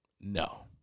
No